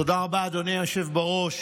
תודה רבה, אדוני היושב בראש.